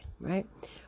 right